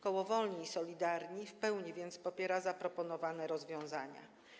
Koło Wolni i Solidarni w pełni popiera zaproponowane rozwiązania.